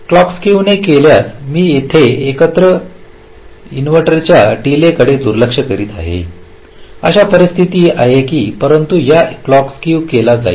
clock skew न केल्यास मी येथे इनव्हर्टरच्या डीले कडे दुर्लक्ष करीत आहे अशी परिस्थिती आहे परंतु येथे क्लॉक स्केव केले जाईल